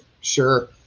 sure